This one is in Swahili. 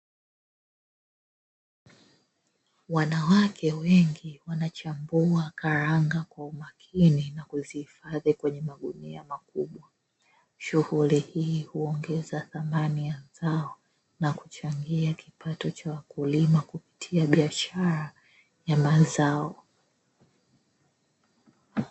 Wanawake wengi wanachambua karanga kwa umakini na kuziifadhi kwenye magunia makubwa, shughuli hii huongeza thamani ya zao na kuchangia kipato cha wakulima kupitia biashara ya mazao.